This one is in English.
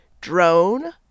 drone